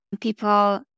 people